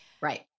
Right